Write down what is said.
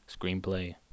Screenplay